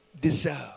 deserve